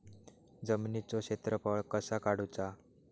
जमिनीचो क्षेत्रफळ कसा काढुचा?